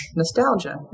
nostalgia